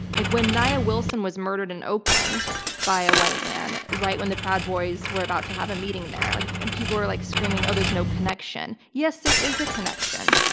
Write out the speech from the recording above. like when nia wilsonwas murdered in oakland by a white man right when the proud boys were about to have a meeting there like and people were like screaming ah there's no connection, yes there is a connection.